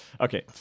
okay